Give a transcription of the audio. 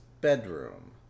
bedroom